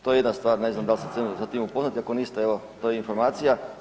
To je jedna stvar, ne znam da li ste sa tim upoznati ako niste evo to je informacija.